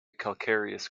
calcareous